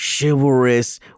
chivalrous